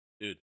Dude